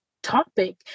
topic